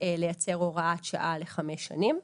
לייצר הוראת שעה לחמש שנים.